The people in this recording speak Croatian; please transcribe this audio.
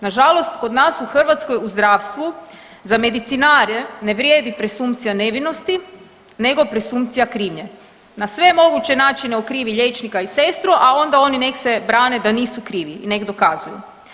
Nažalost kod nas u Hrvatskoj u zdravstvu za medicinare ne vrijedi presumpcija nevinosti nego presumpcija krivnje, na sve moguće način okrivi liječnika i sestru, a onda oni nek se brane da nisu krivi i nek dokazuju.